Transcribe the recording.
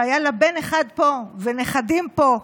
שהיה לה בן אחד פה ונכדים פה.